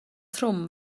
trwm